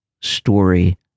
story